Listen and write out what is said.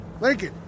Lincoln